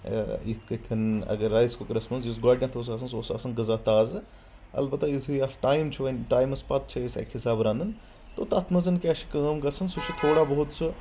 یتھ کاٹھۍ اگر رایِس کُکرَس منٛز یُس گۄڈٕنیٚتھ اوس آسان سُہ اوس آسان غزا تازٕ البتہ یُتھٕے اتھ ٹایم چھ وۄنۍ ٹایمس پتہٕ چھ أسۍ اکہِ حساب رنان تہِ تتھ منٛز کیاہ چھ کٲم گژھان سُہ چھُ تھوڑا بہت سُہ